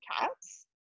cats